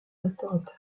restaurateurs